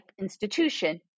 institution